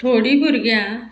थोडी भुरग्यां